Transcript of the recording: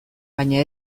baina